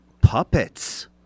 Puppets